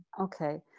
okay